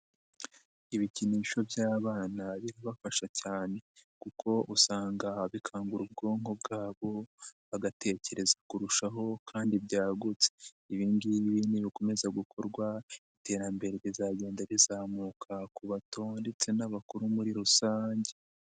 Ibikinisho by'abana birabafasha cyane kuko usanga bikangura ubwonko, bwabo bagatekereza kurushaho kandi byagutse, ibi ngibi ni bikomeza gukorwa, iterambere rizagenda rizamuka ku bato ndetse n'abakuru muri rusange.